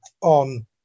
on